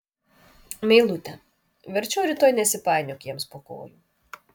meilute verčiau rytoj nesipainiok jiems po kojų